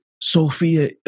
Sophia